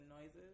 noises